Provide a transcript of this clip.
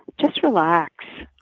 just relax.